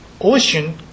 ocean